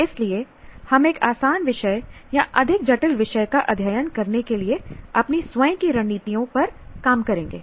इसलिए हम एक आसान विषय या अधिक जटिल विषय का अध्ययन करने के लिए अपनी स्वयं की रणनीतियों पर काम करेंगे